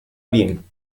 bien